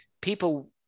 people